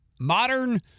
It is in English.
modern